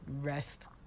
rest